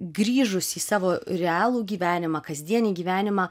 grįžus į savo realų gyvenimą kasdienį gyvenimą